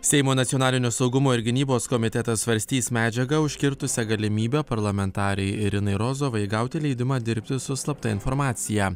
seimo nacionalinio saugumo ir gynybos komitetas svarstys medžiagą užkirtusią galimybę parlamentarei irinai rozovai gauti leidimą dirbti su slapta informacija